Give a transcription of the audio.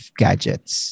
gadgets